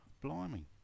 blimey